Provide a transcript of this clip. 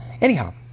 Anyhow